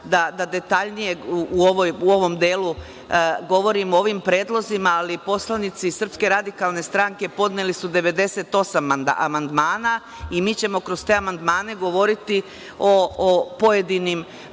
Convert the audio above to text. da detaljnije u ovom delu govorimo o ovim predlozima, ali poslanici SRS podneli su 98 amandmana i mi ćemo kroz te amandmane govoriti o pojedinim